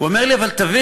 הוא אומר לי: אבל תבין,